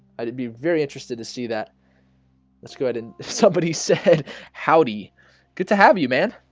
i did be very interested to see that let's go ahead and somebody said howdy good to have you man.